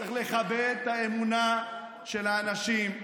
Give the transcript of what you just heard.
צריך לכבד את האמונה של האנשים,